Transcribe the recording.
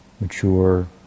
mature